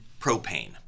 propane